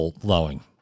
blowing